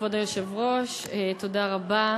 כבוד היושב-ראש, תודה רבה,